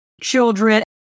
children